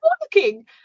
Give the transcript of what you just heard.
walking